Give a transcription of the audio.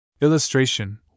Illustration